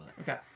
Okay